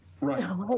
Right